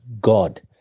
God